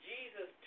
Jesus